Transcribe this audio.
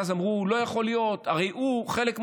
אז אמרו: לא יכול להיות, הרי הוא חלק מהעניין.